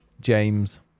James